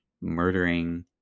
murdering